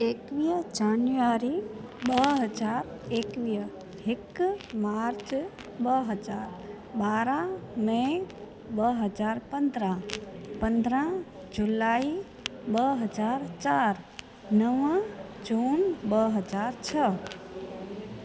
एकवीह जान्युआरी ॿ हज़ार एकवीह हिकु मार्च ॿ हज़ार ॿारहां मे ॿ हज़ार पंद्रहां पंद्रहां जुलाइ ॿ हज़ार चारि नव जून ॿ हज़ार छह